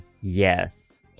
yes